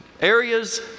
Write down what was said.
Areas